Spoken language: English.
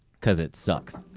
cause it sucks.